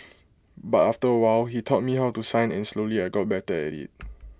but after A while he taught me how to sign and slowly I got better at IT